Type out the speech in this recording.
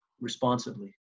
responsibly